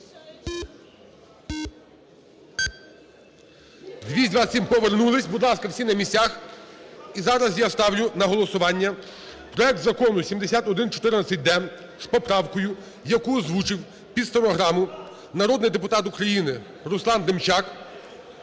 За-227 Повернулись. Будь ласка, всі на місцях. І зараз я ставлю на голосування проект Закону 7114-д з поправкою, яку озвучив під стенограму народний депутат України Руслан Демчак,